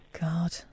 God